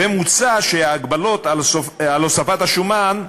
ומוצע שההגבלות על הוספת השומן,